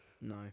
No